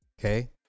okay